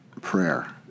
prayer